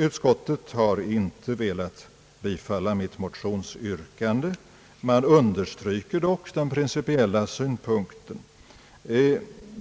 Utskottet har inte velat bifalla mitt motionsyrkande. Man =: understryker dock den principiella synpunkten.